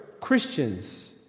Christians